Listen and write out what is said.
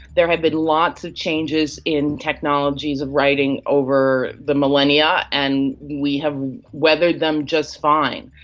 there have been lots of changes in technologies of writing over the millennia, and we have weathered them just fine.